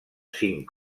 cinc